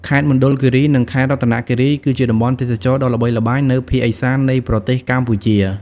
ខេត្តមណ្ឌលគិរី និងខេត្តរតនគិរី គឺជាតំបន់ទេសចរណ៍ដ៏ល្បីល្បាញនៅភាគឦសាននៃប្រទេសកម្ពុជា។